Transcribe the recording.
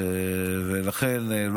ולכן,